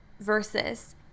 versus